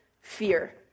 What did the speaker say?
fear